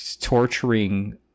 torturing